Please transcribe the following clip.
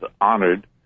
honored